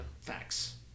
Facts